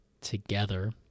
together